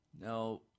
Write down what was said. Now